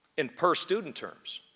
in per-student terms,